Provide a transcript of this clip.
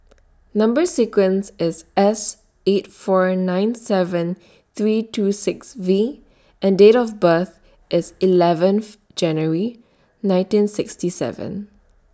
Number sequence IS S eight four nine seven three two six V and Date of birth IS eleventh January nineteen sixty seven